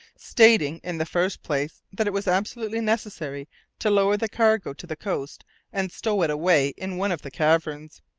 stating in the first place that it was absolutely necessary to lower the cargo to the coast and stow it away in one of the caverns.